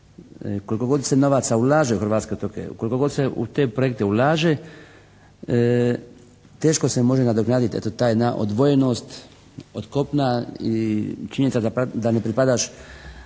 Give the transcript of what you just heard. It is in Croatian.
koliko god se novaca ulaže u hrvatske otoke, koliko god se u te projekte ulaže teško se može nadoknaditi eto ta jedna odvojenost od kopna i činjenica da ne pripadaš